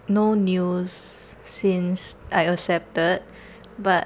no news since I accepted but